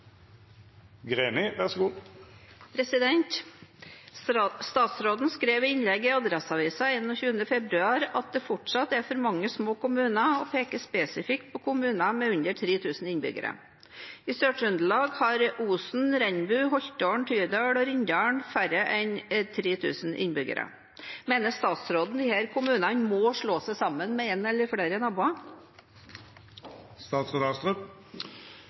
peker spesifikt på kommuner med under 3 000 innbyggere. Sør i Trøndelag har kommunene Osen, Rennebu, Holtålen, Tydal og Rindal færre enn 3 000 innbyggere. Mener statsråden disse kommunene må slå seg sammen med én eller flere